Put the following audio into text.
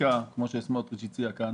חקיקה כפי שסמוטריץ' הציע כאן?